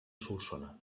solsona